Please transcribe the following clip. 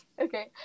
okay